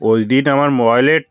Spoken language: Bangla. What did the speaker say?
ওইদিন আমার ওয়ালেট